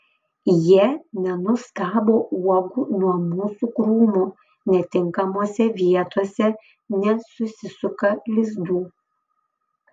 jie nenuskabo uogų nuo mūsų krūmų netinkamose vietose nesusisuka lizdų